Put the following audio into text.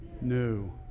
new